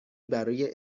برای